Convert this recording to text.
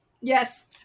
Yes